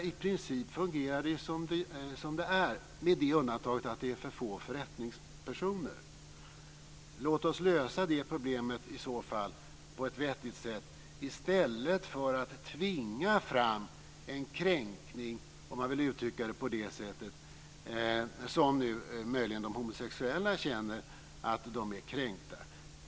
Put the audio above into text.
I princip fungerar det ju som det är, med det undantaget att det finns för få förrättningspersoner. Låt oss i så fall lösa det problemet på ett vettigt sätt i stället för att tvinga fram en kränkning, om man vill uttrycka det på det sättet, som nu möjligen de homosexuella känner att de är kränkta.